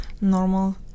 normal